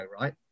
right